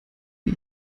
die